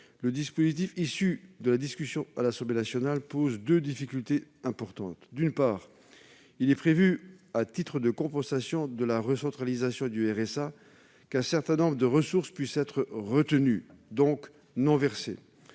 le dispositif issu de la discussion à l'Assemblée nationale pose deux difficultés importantes. D'une part, il est prévu, à titre de compensation de la recentralisation du RSA, qu'un certain nombre de ressources puissent être retenues, donc non versées.